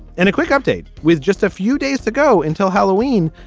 and a quick update with just a few days to go until halloween.